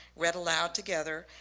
read aloud together,